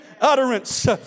utterance